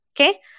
okay